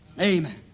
Amen